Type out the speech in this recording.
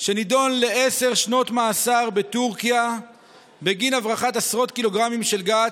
שנידון לעשר שנות מאסר בטורקיה בגין הברחת עשרות קילוגרמים של גת.